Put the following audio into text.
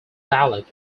dialect